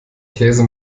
käse